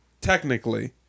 technically